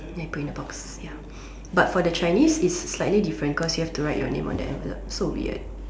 then put in the box but for the Chinese it's slightly different cause you have to write your name on the envelope so weird